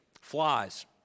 flies